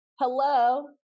Hello